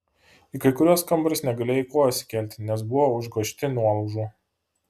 į kai kuriuos kambarius negalėjai kojos įkelti nes buvo užgriozti nuolaužų